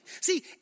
See